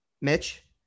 Mitch